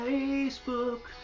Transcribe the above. Facebook